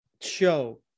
show